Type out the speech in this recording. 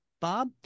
Bob